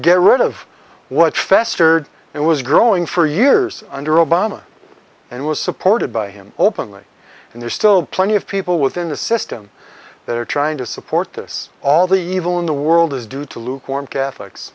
get rid of what festered it was growing for years under obama and was supported by him openly and there's still plenty of people within the system that are trying to support this all the evil in the world is due to lukewarm catholics